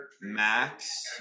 max